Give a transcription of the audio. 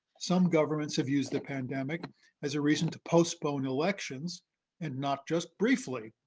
some governments have used the pandemic as a reason to postpone elections and not just briefly.